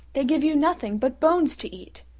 they give you nothing but bones to eat.